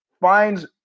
finds